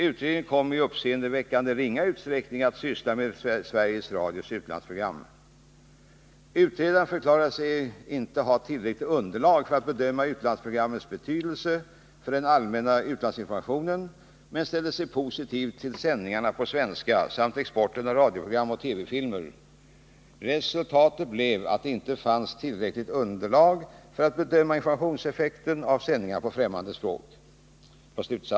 Utredningen kom i uppseendeväckande ringa utsträckning att syssla med Sveriges Radios utlandsprogram. Utredaren förklarade sig inte ha tillräckligt underlag för att bedöma utlandsprogrammens betydelse för den allmänna utlandsinformationen men ställde sig positiv till sändningarna på svenska samt exporten av radioprogram och TV-filmer. Slutsatsen blev att det inte fanns tillräckligt underlag för att bedöma informationseffekten av sändningar på främmande språk.